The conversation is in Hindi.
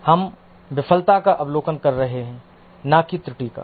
हम विफलता का अवलोकन कर रहे हैं ना की त्रुटि का